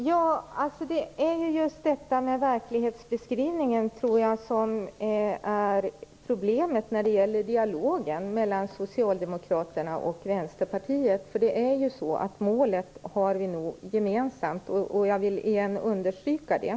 Herr talman! Det är just verklighetsbeskrivningen som är problemet i dialogen mellan Socialdemokraterna och Vänsterpartiet - målet har vi gemensamt. Jag vill åter understryka det.